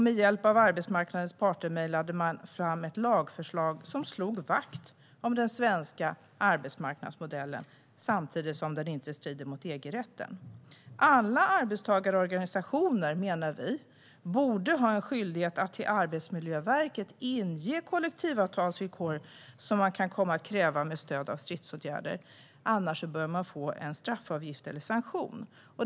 Med hjälp av arbetsmarknadens parter mejslade man fram ett lagförslag som slog vakt om den svenska arbetsmarknadsmodellen och som samtidigt inte strider mot EG-rätten. Alla arbetstagarorganisationer, menar vi, borde ha en skyldighet att till Arbetsmiljöverket inge kollektivavtalsvillkor som man kan komma att kräva med stöd av stridsåtgärder, annars bör man få en straffavgift eller sanktion.